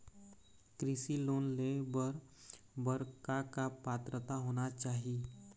कृषि लोन ले बर बर का का पात्रता होना चाही?